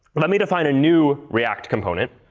let me to find a new react component.